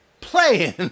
playing